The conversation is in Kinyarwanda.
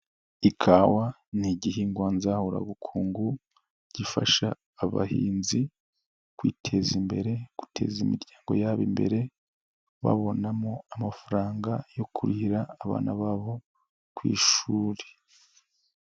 Ikawa ni igihingwa nzahurabukungu gifasha abahinzi kwiteza imbere, guteza imiryango yabo imbere babonamo amafaranga yo kurihira abana babo ku ishuri.